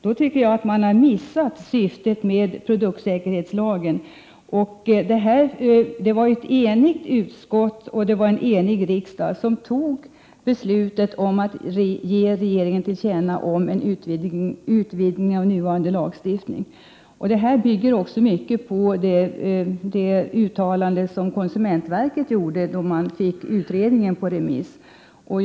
Då har man missat syftet med konsumentskydd produktsäkerhetslagen. Det var ett enigt utskott och en enig riksdag som fattade beslut om att ge regeringen till känna önskemålen om en utvidgning av lagstiftningen. Beslutet bygger på ett uttalande som konsumentverket gjorde då det fick utredningen på remiss.